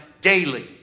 daily